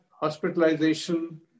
hospitalization